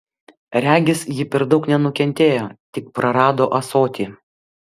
regis ji per daug nenukentėjo tik prarado ąsotį